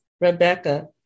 Rebecca